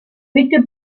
bitte